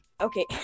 Okay